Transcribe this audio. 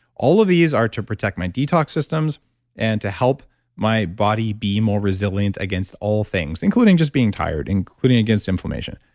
all of these are to protect my detox systems and to help my body be more resilient against all things including just being tired, including against inflammation.